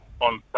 on